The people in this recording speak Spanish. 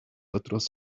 otros